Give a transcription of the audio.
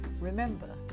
Remember